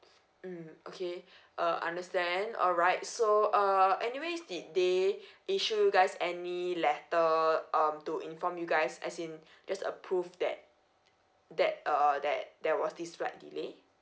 mm okay uh I understand alright so uh anyways did they issue you guys any letter um to inform you guys as in there's a prove that that err that there was this flight delay